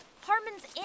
Harmon's